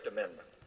Amendment